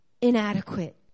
inadequate